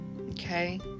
Okay